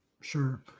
Sure